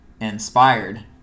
inspired